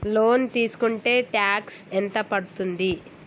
Loan తీస్కుంటే tax ఎంత పడ్తుంది?